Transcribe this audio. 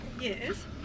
Yes